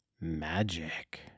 magic